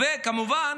וכמובן,